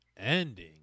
ending